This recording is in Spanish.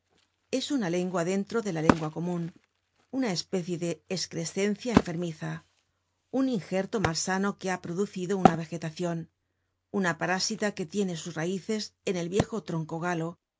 es una lengua dentro de la lengua comun una especie de escrescencia enfermiza un ingerto malsano que ha producido una vegetacion una parásita que tiene sus raices en el viejo